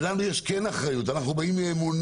ולנו יש אחריות, אנחנו באים מאמונה,